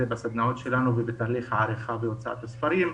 בסדנאות שלנו ובתהליך העריכה ובהוצאת הספרים.